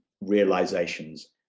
realizations